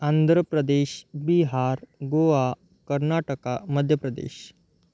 Andhra Pradesh Bihar Goa Karnataka Madhya Pradesh